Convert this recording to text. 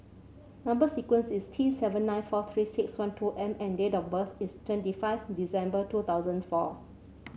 number sequence is T seven nine four Three six one two M and date of birth is twenty five December two thousand four